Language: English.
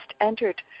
entered